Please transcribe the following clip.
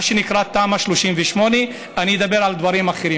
מה שנקרא תמ"א 38. אני אדבר על דברים אחרים,